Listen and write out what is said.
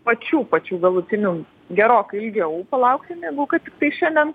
pačių pačių galutinių gerokai ilgiau palaukti negu kad šiandien